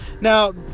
Now